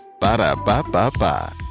Ba-da-ba-ba-ba